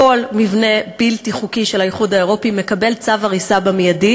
כל מבנה בלתי חוקי של האיחוד האירופי מקבל צו הריסה מייד,